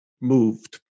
moved